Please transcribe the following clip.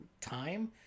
time